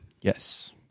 Yes